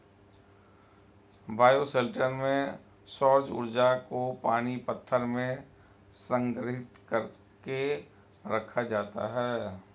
bioshelter में सौर्य ऊर्जा को पानी पत्थर में संग्रहित कर के रखा जाता है